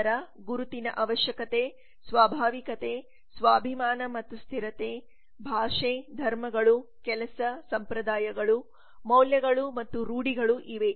ನಂತರ ಗುರುತಿನ ಅವಶ್ಯಕತೆ ಸ್ವಾಭಾವಿಕತೆ ಸ್ವಾಭಿಮಾನ ಮತ್ತು ಸ್ಥಿರತೆ ಭಾಷೆ ಧರ್ಮಗಳು ಕೆಲಸಸಂಪ್ರದಾಯಗಳು ಮೌಲ್ಯಗಳು ಮತ್ತು ರೂಢಿಗಳು ಇವೆ